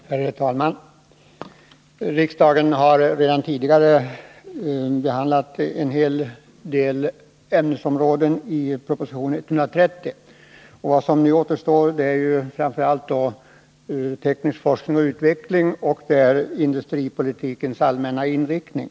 Herr talman! Riksdagen har redan tidigare behandlat en hel del ämnesområden i proposition 130. Vad som nu återstår är framför allt avsnitten om teknisk forskning och utveckling och industripolitikens allmänna inriktning.